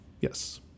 Yes